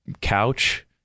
couch